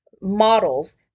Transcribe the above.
models